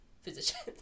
physicians